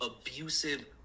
abusive